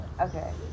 okay